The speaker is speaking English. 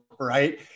Right